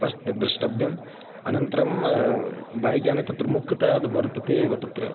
पस्ट् दृष्टव्यम् अनन्तरं बैक् याने तत्र मुख्यतया यद्वर्ततेव तत्र